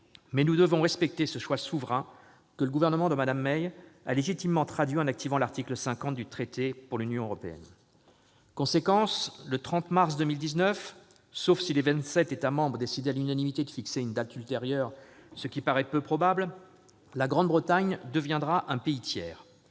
mais nous devons respecter ce choix souverain, que le gouvernement de Mme May a légitimement traduit en activant l'article 50 du traité sur l'Union européenne. En conséquence, le 30 mars 2019, sauf si les vingt-sept États membres décident, à l'unanimité, de fixer une date ultérieure, ce qui paraît fort peu probable, la Grande-Bretagne deviendra un pays tiers.